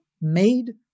made